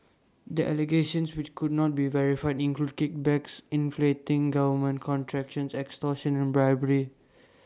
the allegations which could not be verified include kickbacks inflating government contractions extortion and bribery